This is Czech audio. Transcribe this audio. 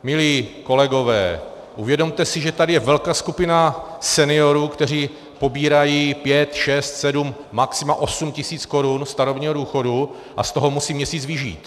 Milí kolegové, uvědomte si, že tady je velká skupina seniorů, kteří pobírají pět, šest, sedm maxima osm tisíc korun starobního důchodu a z toho musí měsíc vyžít.